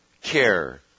care